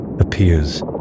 appears